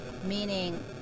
meaning